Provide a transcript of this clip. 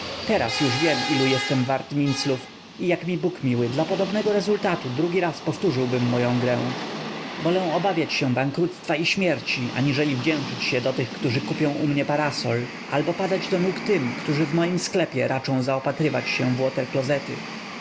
teraz już wiem ilu jestem wart minclów i jak mi bóg miły dla podobnego rezultatu drugi raz powtórzyłbym moję grę wolę obawiać się bankructwa i śmierci aniżeli wdzięczyć się do tych którzy kupią u mnie parasol albo padać do nóg tym którzy w moim sklepie raczą zaopatrywać się